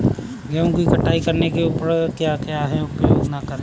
गेहूँ की कटाई करने के लिए किस उपकरण का उपयोग करें?